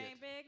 big